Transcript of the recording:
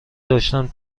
داشتم